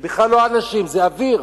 זה לא אנשים, זה אוויר,